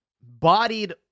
bodied